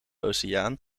oceaan